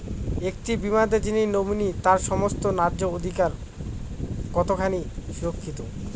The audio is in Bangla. একটি বীমাতে যিনি নমিনি তার সমস্ত ন্যায্য অধিকার কতখানি সুরক্ষিত?